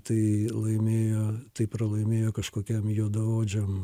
tai laimėjo tai pralaimėjo kažkokiam juodaodžiam